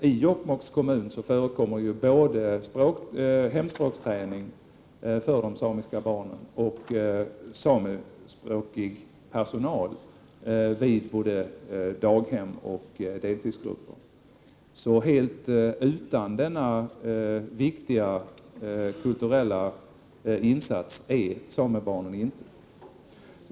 I Jokkmokks kommun finns det både hemspråksträning för samiska barn och samiskspråkig personal vid daghem och i deltidsgrupper. Samebarnen är alltså inte helt utan denna viktiga kulturella insats.